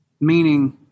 meaning